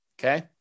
okay